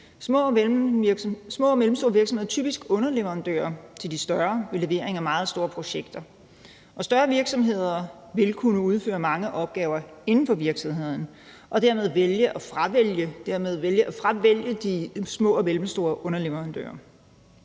Små og mellemstore virksomheder er typisk underleverandører til de større ved levering af meget store projekter. Og større virksomheder vil kunne udføre mange opgaver inden for virksomheden og dermed fravælge de små og mellemstore underleverandører.